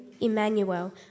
Emmanuel